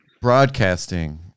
broadcasting